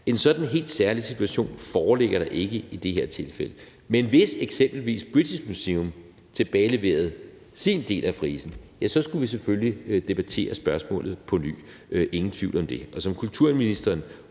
En sådan helt særlig situation foreligger der ikke i dette tilfælde. Men hvis eksempelvis British Museum tilbageleverede sin del af frisen, skulle vi selvfølgelig debattere spørgsmålet på ny, ingen tvivl om det. Og som kulturministeren